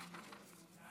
אני